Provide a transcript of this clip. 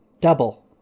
Double